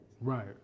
Right